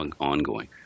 ongoing